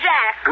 Jack